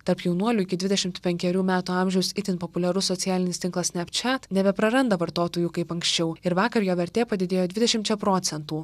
tarp jaunuolių iki dvidešimt penkerių metų amžiaus itin populiarus socialinis tinklas snapchat nebepraranda vartotojų kaip anksčiau ir vakar jo vertė padidėjo dvidešimčia procentų